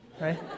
right